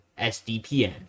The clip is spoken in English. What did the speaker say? SDPN